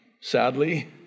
sadly